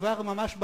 כבר ממש בפגייה,